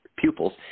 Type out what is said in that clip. pupils